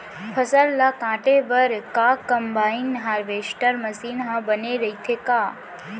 फसल ल काटे बर का कंबाइन हारवेस्टर मशीन ह बने रइथे का?